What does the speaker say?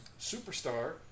Superstar